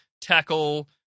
tackle